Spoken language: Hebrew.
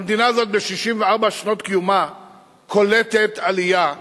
המדינה הזאת ב-64 שנות קיומה קולטת עלייה,